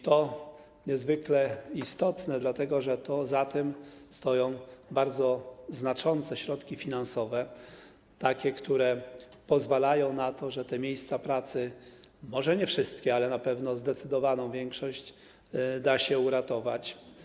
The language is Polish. To jest niezwykle istotne, dlatego że za tym stoją bardzo znaczące środki finansowe, takie, które pozwalają na to, żeby te miejsca pracy, może nie wszystkie, ale zdecydowaną większość, uratować.